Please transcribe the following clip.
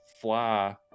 fly